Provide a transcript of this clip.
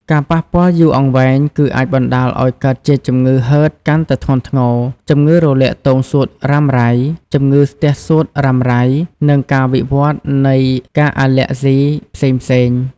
ការប៉ះពាល់យូរអង្វែងគឺអាចបណ្តាលឱ្យកើតជាជំងឺហឺតកាន់តែធ្ងន់ធ្ងរ ជំងឺរលាកទងសួតរ៉ាំរ៉ៃ ជំងឺស្ទះសួតរ៉ាំរ៉ៃ និងការវិវត្តនៃ ការអាលែហ្ស៊ីផ្សេងៗ។